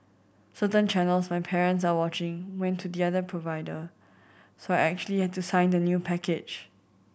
certain channels my parents are watching went to the other provider so I actually had to sign the new package